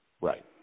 Right